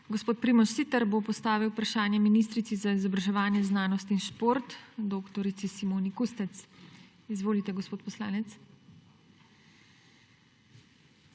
Gospod Primož Siter bo postavil vprašanje ministrici za izobraževanje, znanost in šport dr. Simoni Kustec. Izvolite, gospod poslanec.